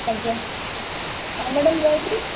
ଆଜ୍ଞା ହଉ ମ୍ୟାଡ଼ାମ୍ ରହିଲି